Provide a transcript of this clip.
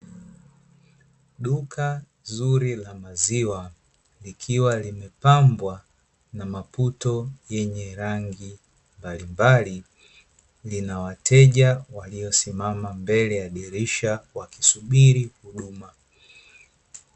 Duka zuri la maziwa, likiwa limepambwa na maputo yenye rangi mbalimbali, lina wateja waliosimama mbele ya dirisha wakisubiri huduma.